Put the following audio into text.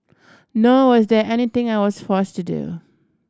nor was there anything I was forced to do